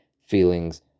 feelings